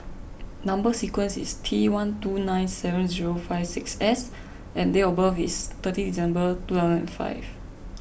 Number Sequence is T one two nine seven zero five six S and date of birth is thirty December two thousand and five